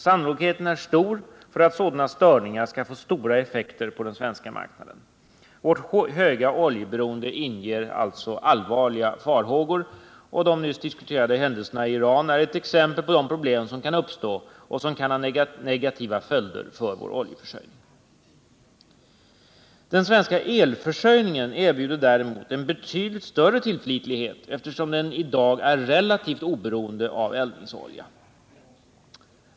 Sannolikheten är stor för att sådana störningar skall få stora effekter på den svenska marknaden. Vårt höga oljeberoende inger alltså allvarliga farhågor. Händelserna i Iran är ett exempel på de problem som kan uppstå och som kan ha negativa följder för vår oljeförsörj . ning. Den svenska elförsörjningen erbjuder däremot en betydligt större tillförlitlighet, eftersom den i dag är relativt oberoende av eldningsolja.